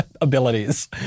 abilities